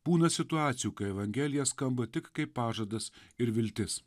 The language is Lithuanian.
būna situacijų kai evangelija skamba tik kaip pažadas ir viltis